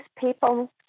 people